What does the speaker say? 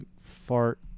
fart